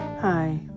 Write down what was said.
Hi